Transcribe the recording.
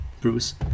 bruce